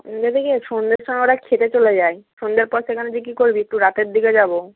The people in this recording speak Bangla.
সন্ধ্যে থেকে সন্ধ্যের সময় ওরা খেতে চলে যায় সন্ধ্যের পর সেখানে গিয়ে কী করবি একটু রাতের দিকে যাব